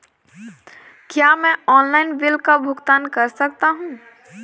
क्या मैं online bill का भुगतान कर सकता हूँ?